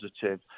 positive